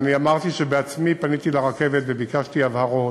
ואני אמרתי שבעצמי פניתי לרכבת וביקשתי הבהרות,